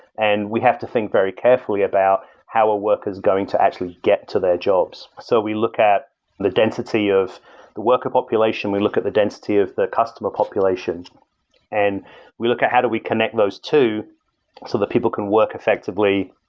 and we have to think very carefully about how our workers going to actually get to their jobs. so we look at the density of worker population. we look at the density of the customer population and we look at how do we connect those two so that people can work effectively,